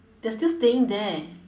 they are still staying there